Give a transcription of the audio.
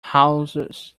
houses